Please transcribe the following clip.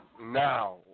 now